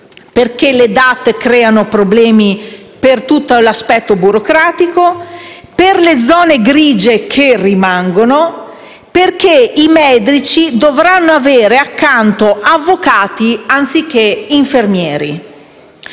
Le DAT, infatti, creano problemi per l'aspetto burocratico, per le zone grigie che rimangono e perché i medici dovranno avere accanto avvocati anziché infermieri.